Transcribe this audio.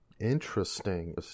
Interesting